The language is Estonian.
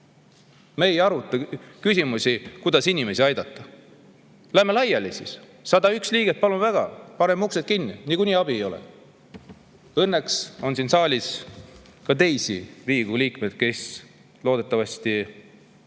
Me ei aruta küsimusi, kuidas inimesi aidata. Läheme siis laiali, 101 liiget! Palun väga, paneme uksed kinni, niikuinii abi ei ole. Õnneks on siin saalis ka neid Riigikogu liikmeid, kes loodetavasti